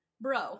Bro